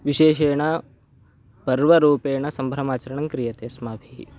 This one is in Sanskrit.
विशेषेण पर्वरूपेण सम्भ्रमाचरणं क्रियते अस्माभिः